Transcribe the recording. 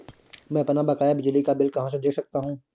मैं अपना बकाया बिजली का बिल कहाँ से देख सकता हूँ?